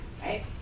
right